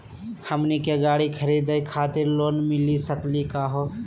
हमनी के गाड़ी खरीदै खातिर लोन मिली सकली का हो?